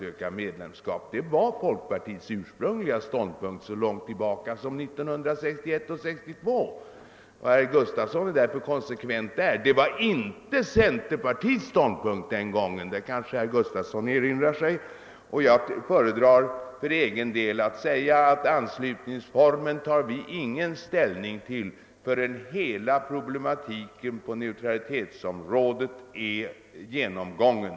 söka medlemskap; det var folkpartiets ståndpunkt så långt tillbaka som 1961—1962, och herr Gustafson är alltså konsekvent på den punkten. Detta var däremot inte centerpartiets ståndpunkt den gången -— det kanske herr Gustafson erinrar sig. För egen del föredrar jag att säga att vi inte tar ställning till anslutningsformen förrän hela problematiken på neutralitetsområdet är genomgången.